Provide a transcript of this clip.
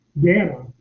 data